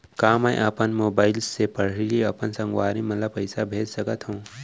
का मैं अपन मोबाइल से पड़ही अपन संगवारी मन ल पइसा भेज सकत हो?